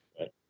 Right